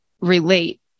relate